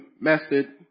method